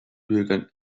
bürgern